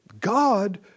God